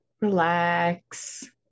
relax